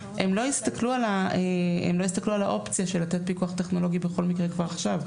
הם לא יסתכלו על האופציה של לתת פיקוח טכנולוגי בכל מקרה כבר עכשיו,